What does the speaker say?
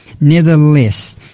Nevertheless